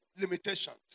limitations